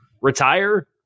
retire